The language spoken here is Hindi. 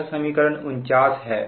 यह समीकरण 49 है